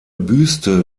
büste